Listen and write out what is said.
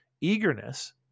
Eagerness